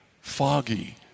foggy